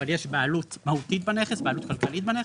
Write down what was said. אבל יש בעלות מהותית בנכס ועלות כלכלית בנכס,